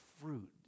fruit